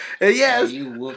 yes